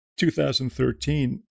2013